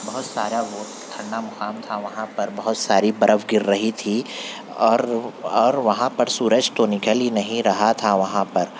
بہت سارا وہ ٹھنڈا مقام تھا وہاں پر بہت ساری برف گر رہی تھی اور اور وہاں پر سورج تو نکل ہی نہیں رہا تھا وہاں پر